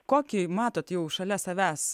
kokį matot jau šalia savęs